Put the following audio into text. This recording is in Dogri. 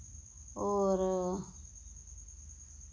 और